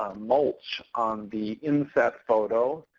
um mulch on the inset photo.